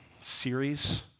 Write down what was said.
series